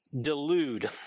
delude